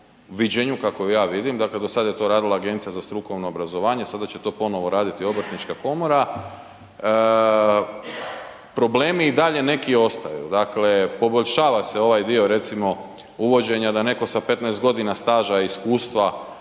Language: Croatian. viđenju kako je ja vidim, dakle do sada je to radila Agencija za strukovno obrazovanje, sada će to ponovo raditi obrtnička komora. Problemi i dalje neki ostaju. Dakle poboljšava se ovaj dio recimo uvođenja da netko sa 15 godina staža i iskustva